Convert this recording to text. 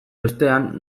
ostean